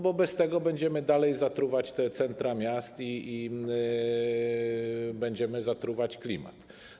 Bo bez tego będziemy dalej zatruwać centra miast i będziemy zatruwać klimat.